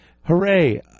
hooray